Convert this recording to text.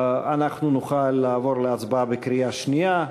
ואנחנו נוכל לעבור להצבעה בקריאה שנייה.